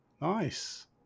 Nice